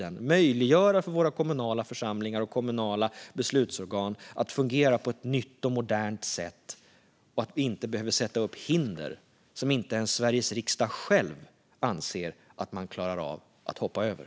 Låt oss möjliggöra för våra kommunala församlingar och kommunala beslutsorgan att fungera på ett nytt och modernt sätt. Vi behöver inte sätta upp hinder som inte ens Sveriges riksdag anser att man klarar av att hoppa över.